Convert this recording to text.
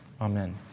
Amen